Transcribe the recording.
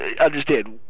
understand